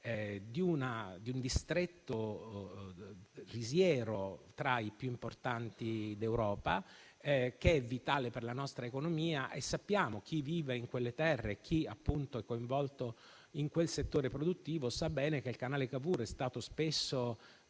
di un distretto risiero tra i più importanti d'Europa, vitale per la nostra economia; peraltro, chi vive in quelle terre o è coinvolto in quel settore produttivo sa bene che il canale Cavour è stato spesso